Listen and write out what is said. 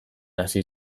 hasi